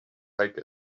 take